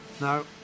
No